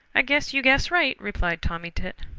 i guess you guess right, replied tommy tit.